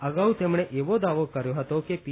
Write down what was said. અગાઉ તેમણે એવો દાવો કર્યો હતો કે પી